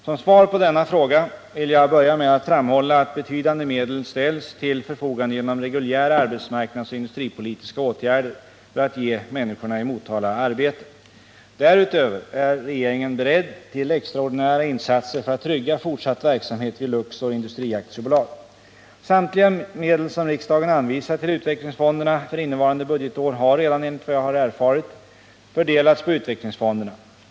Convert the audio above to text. Som svar på dagens fråga vill jag börja med att framhålla att betydande medel ställs till förfogande genom reguljära arbetsmarknadsoch industripolitiska åtgärder för att ge människorna i Motala arbete. Därutöver är regeringen beredd till extraordinära insatser för att trygga fortsatt verksamhet vid Luxor Industri AB. Samtliga medel som riksdagen anvisat till utvecklingsfonderna för innevarande budgetår har redan, enligt vad jag har erfarit, fördelats på utvecklingsfonderna.